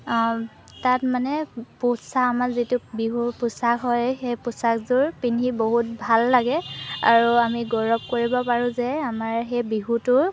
তাত মানে পোচা আমাৰ যিটো বিহু পোচাক হয় সেই পোচাকযোৰ পিন্ধি বহুত ভাল লাগে আৰু আমি গৌৰৱ কৰিব পাৰোঁ যে আমাৰ সেই বিহুটোৰ